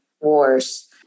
wars